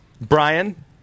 Brian